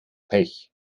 pech